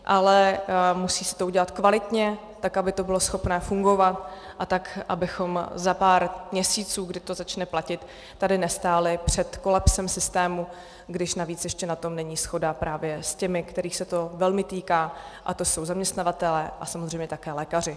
Ale musí se to udělat kvalitně, tak aby to bylo schopné fungovat a tak abychom za pár měsíců, kdy to začne platit, tady nestáli před kolapsem systému, když navíc ještě na tom není shoda právě s těmi, kterých se to velmi týká, a to jsou zaměstnavatelé a samozřejmě také lékaři.